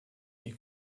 est